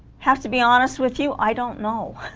have to be honest with you i don't know